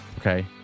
okay